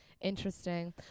Interesting